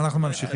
אנחנו ממשיכים.